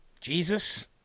Jesus